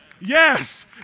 Yes